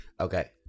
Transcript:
Okay